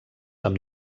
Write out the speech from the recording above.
amb